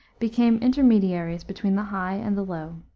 became intermediaries between the high and the low.